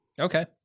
Okay